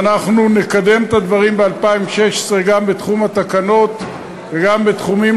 ואנחנו נקדם את הדברים ב-2016 גם בתחום התקנות וגם בתחומים